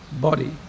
body